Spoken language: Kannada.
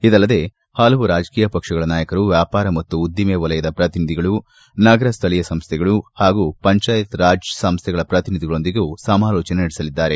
ಇದಲ್ಲದೆ ಹಲವು ರಾಜಕೀಯ ಪಕ್ಷಗಳ ನಾಯಕರು ವ್ಲಾಪಾರ ಮತ್ತು ಉದ್ಲಿಮೆ ವಲಯಗಳ ಪ್ರತಿನಿಧಿಗಳು ನಗರ ಸ್ಥಳೀಯ ಸಂಸ್ಥೆಗಳು ಹಾಗೂ ಪಂಚಾಯತ್ ರಾಜ್ ಸಂಸ್ಥೆಗಳ ಪ್ರತಿನಿಧಿಗಳೊಂದಿಗೂ ಸಮಾಲೋಚನೆ ನಡೆಸಲಿದೆ